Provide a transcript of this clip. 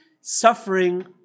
suffering